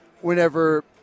whenever